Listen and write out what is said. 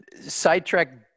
Sidetrack